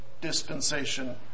dispensation